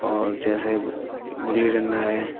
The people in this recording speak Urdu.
اور جیسے گلی ڈنڈا ہے